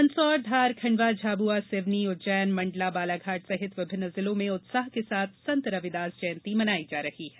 मंदसौर धार खंडवा झाबुआ सिवनी उज्जैन मंडला बालाघाट सहित विभिन्न जिलों में उत्साह के साथ संत रविदास जयंती मनायी जा रही है